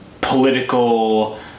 political